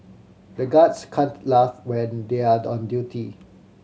the guards can't laugh when they are on duty